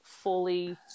Fully